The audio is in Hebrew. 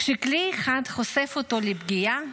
כשכלי אחד חושף אותו לפגיעה,